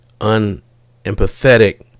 unempathetic